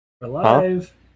alive